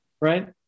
right